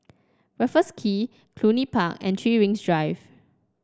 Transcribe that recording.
Raffles Quay Cluny Park and Three Rings Drive